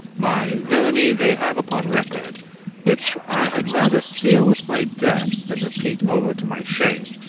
my villany they have upon record which i had rather seal with my death than repeat over to my shame.